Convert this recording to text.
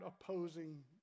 opposing